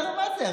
אומר לך: מה זה,